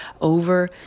over